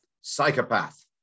psychopath